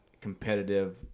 competitive